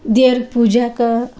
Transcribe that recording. ದೇವ್ರು ಪೂಜ್ಯಾಕ್ಕ